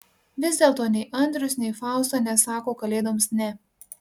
vis dėlto nei andrius nei fausta nesako kalėdoms ne